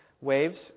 waves